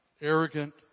arrogant